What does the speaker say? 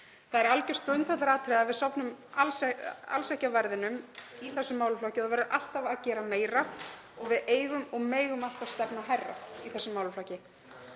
Það er algjört grundvallaratriði að við sofnum alls ekki á verðinum í þessum málaflokki. Það verður alltaf að gera meira og við eigum og megum alltaf stefna hærra í þessum málaflokki.